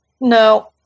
No